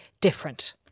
different